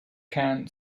khan